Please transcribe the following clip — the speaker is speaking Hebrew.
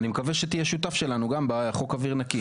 אני מקווה שתהיה שותף שלנו גם בחוק אוויר נקי.